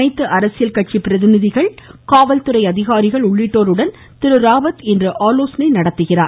அனைத்து அரசியல் கட்சி பிரதிநிதிகள் காவல்துறை அதிகாரிகள் உள்ளிட்டோருடன் திரு ராவத் இன்று ஆலோசனை மேற்கொள்கிறார்